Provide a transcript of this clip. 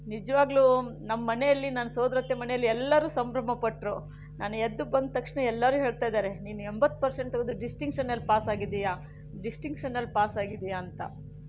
ನಿಜವಾಗಲೂ ನಮ್ಮ ಮನೆಯಲ್ಲಿ ನನ್ನ ಸೋದರತ್ತೆ ಮನೆಯಲ್ಲಿ ಎಲ್ಲರೂ ಸಂಭ್ರಮಪಟ್ಟರು ನಾನು ಎದ್ದು ಬಂದ ತಕ್ಷಣ ಎಲ್ಲರೂ ಹೇಳ್ತಾ ಇದ್ದಾರೆ ನೀನು ಎಂಬತ್ತು ಪರ್ಸೆಂಟ್ ತೆಗೆದು ಡಿಸ್ಟಿಂಕ್ಷನ್ನಲ್ಲಿ ಪಾಸಾಗಿದ್ದೀಯ ಡಿಸ್ಟಿಂಕ್ಷನ್ನಲ್ಲಿ ಪಾಸಾಗಿದ್ದೀಯ ಅಂತ